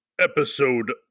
episode